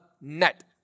net